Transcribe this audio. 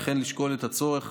וכן לשקול את הצורך